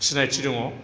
सिनायथि दङ